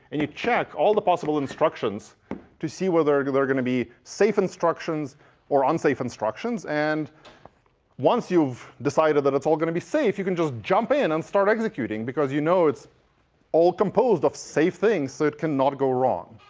and you check all the possible instructions to see whether and they're going to be safe instructions or unsafe instructions. and once you've decided that it's all going to be safe, you can just jump in and start executing. because you know it's all composed of safe things, so it cannot go wrong.